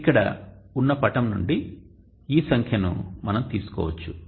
ఇక్కడ ఉన్న పటం నుండి ఈ సంఖ్యను మనం తీసుకోవచ్చు